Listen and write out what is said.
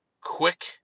Quick